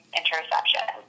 interception